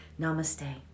Namaste